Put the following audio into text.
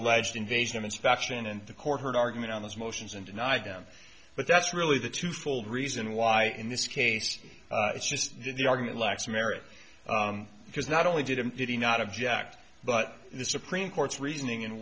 alleged invasion of inspection and the court heard argument on those motions and deny them but that's really the twofold reason why in this case it's just the argument lacks merit because not only did it did he not object but the supreme court's reasoning